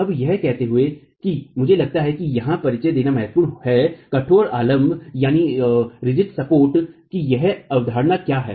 अब यह कहते हुए कि मुझे लगता है कि यहां परिचय देना महत्वपूर्ण है कठोर आलम्ब की यह अवधारणा क्या है